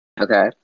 Okay